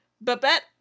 Babette